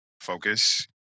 focus